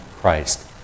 Christ